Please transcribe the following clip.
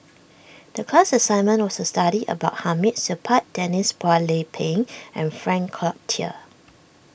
the class assignment was to study about Hamid Supaat Denise Phua Lay Peng and Frank Cloutier